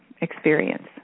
experience